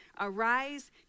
arise